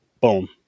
Boom